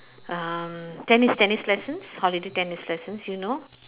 uh tennis tennis lessons holiday tennis lessons you know